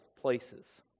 places